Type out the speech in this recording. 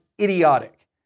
idiotic